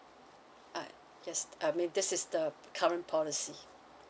uh yes I mean this is the current policy